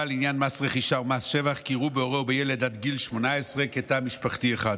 לעניין מס רכישה ומס שבח כי יראו בהורה ובילד עד גיל 18 תא משפחתי אחד.